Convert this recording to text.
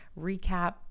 recap